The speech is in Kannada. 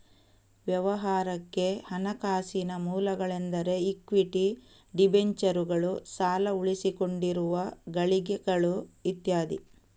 ವ್ಯವಹಾರಕ್ಕೆ ಹಣಕಾಸಿನ ಮೂಲಗಳೆಂದರೆ ಇಕ್ವಿಟಿ, ಡಿಬೆಂಚರುಗಳು, ಸಾಲ, ಉಳಿಸಿಕೊಂಡಿರುವ ಗಳಿಕೆಗಳು ಇತ್ಯಾದಿ